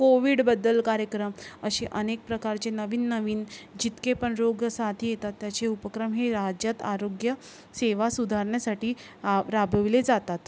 कोविडबद्दल कार्यक्रम असे अनेक प्रकारचे नवीन नवीन जितके पण रोग साथी येतात त्याचे उपक्रम हे राज्यात आरोग्य सेवा सुधारण्यासाठी राबविले जातात